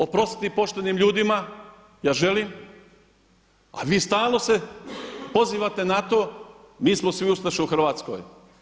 Oprostiti poštenim ljudima, ja želim a vi stalno se pozivate na to mi smo svi ustaše u Hrvatskoj.